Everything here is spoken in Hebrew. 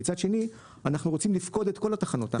ומצד שני אנחנו רוצים לפקוד את כל התחנות.